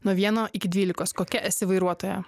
nuo vieno iki dvylikos kokia esi vairuotoja